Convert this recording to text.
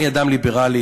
אני אדם ליברלי,